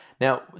Now